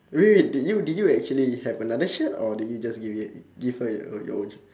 wait did you did you actually have another shirt or did you just give it give her your your own shir~